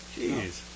Jeez